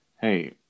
hey